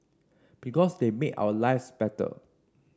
because they make our lives better